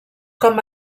com